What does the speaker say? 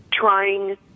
trying